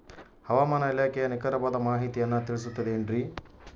ಹವಮಾನ ಇಲಾಖೆಯ ನಿಖರವಾದ ಮಾಹಿತಿಯನ್ನ ತಿಳಿಸುತ್ತದೆ ಎನ್ರಿ?